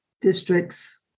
district's